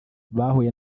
bahuye